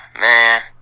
Man